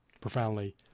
profoundly